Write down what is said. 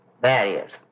barriers